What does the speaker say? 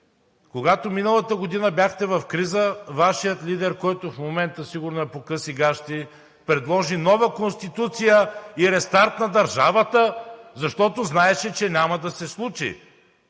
Когато миналата година бяхте в криза, Вашият лидер, който в момента сигурно е по къси гащи, предложи нова Конституция и рестарт на държавата, защото знаеше, че няма да се случи.